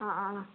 ꯑꯥ ꯑꯥ ꯑꯥ